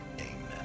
Amen